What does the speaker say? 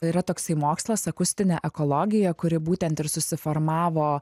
yra toksai mokslas akustinė ekologija kuri būtent ir susiformavo